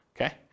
okay